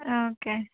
okay